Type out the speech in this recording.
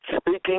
speaking